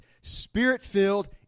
Spirit-filled